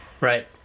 Right